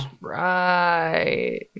Right